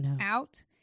out